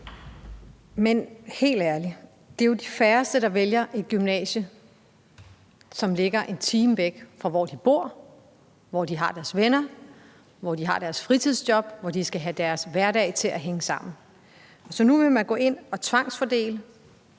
Helt ærligt, det er jo de færreste, der vælger et gymnasie, som ligger en time væk fra, hvor de bor, hvor de har deres venner, hvor de har deres fritidsjob, hvor de skal have deres hverdag til at hænge sammen. Så nu vil man gå ind og tvangsfordele